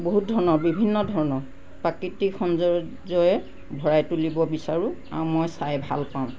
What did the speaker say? বহুত ধৰণ বিভিন্ন ধৰণৰ প্ৰাকৃতিক সৌন্দৰ্যই ভৰাই তুলিব বিচাৰোঁ আও মই চাই ভালপাওঁ